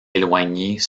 éloignés